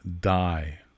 die